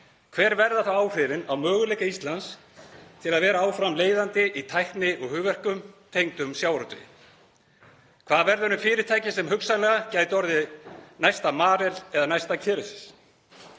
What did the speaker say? hver verða þá áhrifin á möguleika Íslands til að vera áfram leiðandi í tækni og hugverkum tengdum sjávarútvegi? Hvað verður um fyrirtæki sem hugsanlega gætu orðið næsta Marel eða næsta Kerecis?